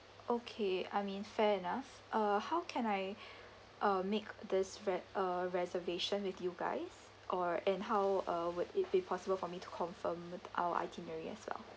okay I mean fair enough uh how can I uh make this re~ uh reservation with you guys or and how uh would it be possible for me to confirm our itinerary as well